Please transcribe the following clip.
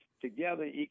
together